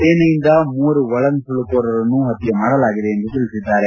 ಸೇನೆಯಿಂದ ಮೂವರು ಒಳನುಸುಳುಕೋರರನ್ನು ಪತ್ತೆ ಮಾಡಲಾಗಿದೆ ಎಂದು ತಿಳಿಸಿದ್ದಾರೆ